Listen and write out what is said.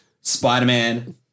Spider-Man